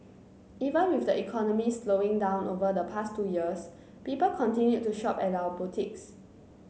even with the economy slowing down over the past two years people continued to shop at our boutiques